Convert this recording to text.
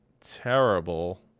terrible